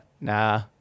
nah